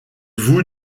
voue